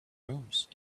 rooms